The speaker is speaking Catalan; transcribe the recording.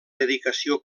dedicació